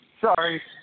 Sorry